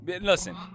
Listen